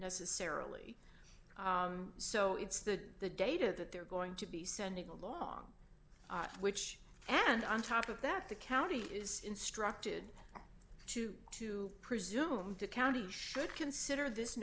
necessarily so it's the data that they're going to be sending along which and on top of that the county is instructed to to presume the county should consider this